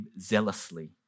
zealously